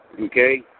okay